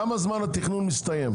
כמה זמן התכנון יסתיים?